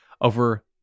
over